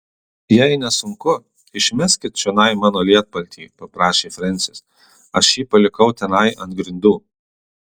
jei nesunku išmeskit čionai mano lietpaltį paprašė frensis aš jį palikau tenai ant grindų